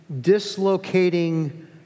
dislocating